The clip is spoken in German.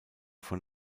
von